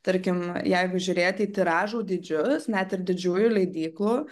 tarkim jeigu žiūrėti į tiražų dydžius net ir didžiųjų leidyklų